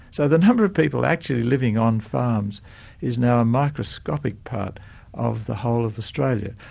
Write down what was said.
so the number of people actually living on farms is now a microscopic part of the whole of australia.